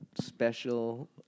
special